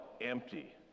empty